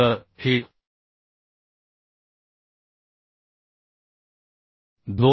तर हे 2